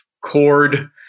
cord